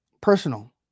Personal